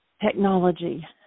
Technology